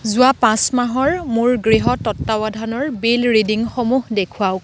যোৱা পাঁচ মাহৰ মোৰ গৃহ তত্বাৱধানৰ বিল ৰিডিংসমূহ দেখুৱাওক